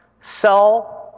sell